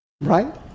Right